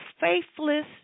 faithless